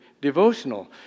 devotional